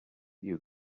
you